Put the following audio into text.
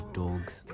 dogs